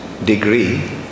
degree